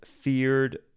feared